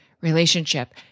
relationship